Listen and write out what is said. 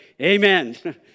amen